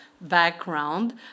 background